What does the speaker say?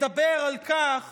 מדבר על כך